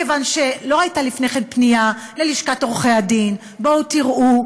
מכיוון שלא הייתה לפני כן פנייה ללשכת עורכי-הדין: בואו תראו,